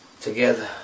together